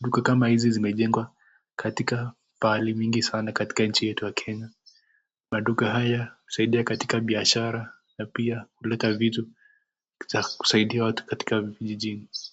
duka kama hizi zimejengwa katika pahali mingi sana katika nchi yetu ya Kenya. Maduka haya husaidia katika biashara, na pia kuleta vitu za kusaidia watu katika vijijini.